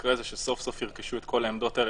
שיקרה זה שסוף סוף ירכשו את כל העמדות האלה,